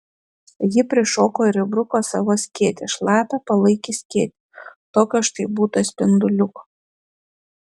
ji prišoko ir įbruko savo skėtį šlapią palaikį skėtį tokio štai būta spinduliuko